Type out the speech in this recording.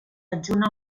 adjunt